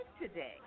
today